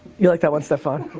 you like that one, staphon? i